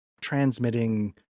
transmitting